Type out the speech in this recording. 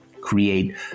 create